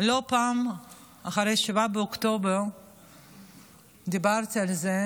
לא פעם אחרי 7 באוקטובר דיברתי על זה,